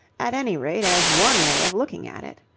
at any rate as one way of looking at it.